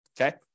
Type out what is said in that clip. Okay